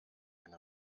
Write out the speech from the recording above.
eine